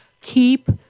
keep